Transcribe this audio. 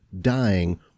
dying